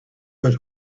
but